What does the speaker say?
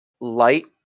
light